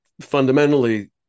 fundamentally